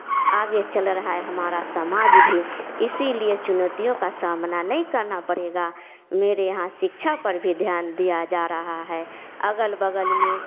आगे चल रहा है हमारा समाज भी इसीलिए चुनौतियों का सामना नय करना पड़ेगा मेरे यहाँ शिक्षा पर भी ध्यान दिया जा रहा है अगल बगल में